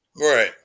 Right